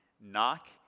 knock